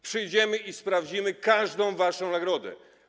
Przyjdziemy i sprawdzimy każdą waszą nagrodę.